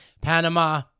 Panama